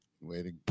waiting